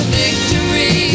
victory